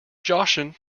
joshing